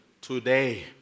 Today